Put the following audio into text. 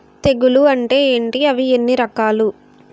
తెగులు అంటే ఏంటి అవి ఎన్ని రకాలు?